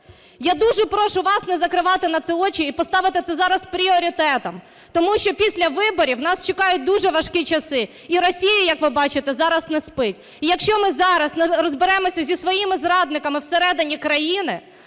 Я дуже прошу вас не закривати на це очі і поставити це зараз пріоритетом, тому що після виборів нас чекають дуже важкі часи, і Росія, як ви бачите, зараз не спить. І якщо ми зараз не розберемося зі своїми зрадниками всередині країни,